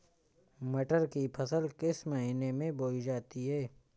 मटर की फसल किस महीने में बोई जाती है?